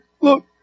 look